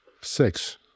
Six